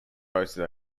hosted